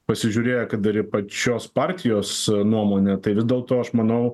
pasižiūrėję kad ir į pačios partijos nuomonę tai vis dėlto aš manau